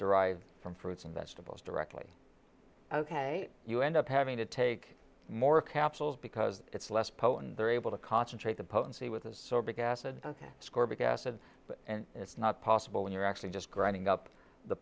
derived from fruits and vegetables directly ok you end up having to take more capsules because it's less potent they're able to concentrate the potency with this or big acid ok score big acid and it's not possible when you're actually just grinding up the